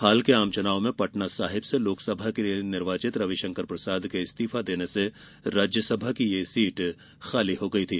हाल के आम चुनाव में पटना साहिब से लोकसभा के लिए निर्वाचित रविशंकर प्रसाद के इस्तीफा देने से राज्यसभा की यह सीट खाली हो गई थी